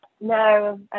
No